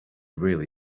really